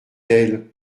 elle